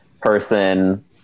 person